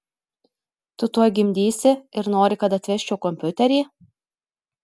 tu tuoj gimdysi ir nori kad atvežčiau kompiuterį